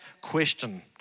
question